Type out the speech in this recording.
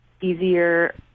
easier